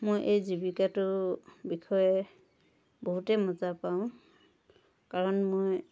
মই এই জীৱিকাটোৰ বিষয়ে বহুতেই মজা পাওঁ কাৰণ মই